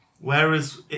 whereas